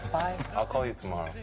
ah call you tomorrow.